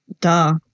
Duh